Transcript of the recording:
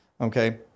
okay